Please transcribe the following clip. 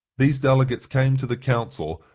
these delegates came to the council,